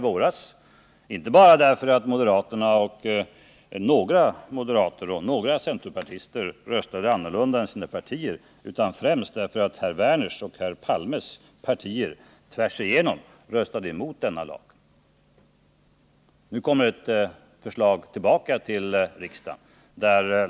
Orsaken var inte bara att några moderater och några centerpartister röstade annorlunda än sina partier utan främst att herr Werners och herr Palmes partier tvärsigenom röstade emot denna lag. Nu kommer det ärendet tillbaka till riksdagen.